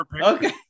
Okay